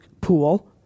pool